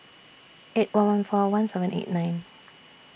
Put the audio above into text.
eight one one four one seven eight nine